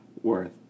worth